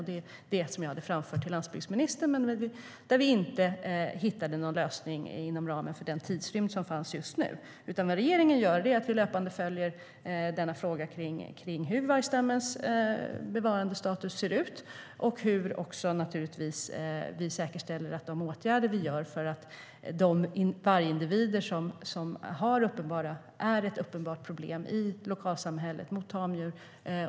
Det var det som jag framförde till landsbygdsministern, men vi hittade inte någon lösning inom den tidsram som fanns just då. Regeringen följer nu löpande frågan om hur vargstammens bevarandestatus ser ut. Naturligtvis ska vi också säkerställa åtgärder mot det uppenbara problemet vad gäller tamdjur och tamboskap i lokalsamhället.